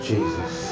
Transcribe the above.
Jesus